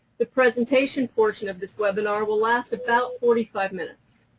the presentation portion of this webinar will last about forty five minutes.